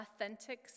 authentic